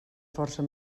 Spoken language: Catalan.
forca